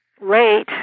late